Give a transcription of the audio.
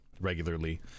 regularly